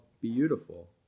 Beautiful